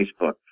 Facebook